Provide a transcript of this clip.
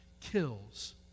kills